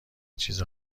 چیز